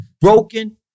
broken